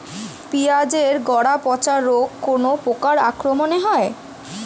পিঁয়াজ এর গড়া পচা রোগ কোন পোকার আক্রমনে হয়?